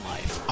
Life